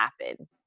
happen